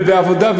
ובעבודה,